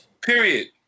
Period